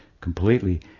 completely